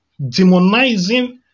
demonizing